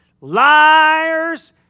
Liars